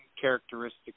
characteristic